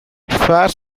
فرض